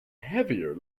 heavier